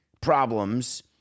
problems